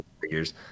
figures